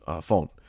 phone